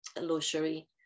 luxury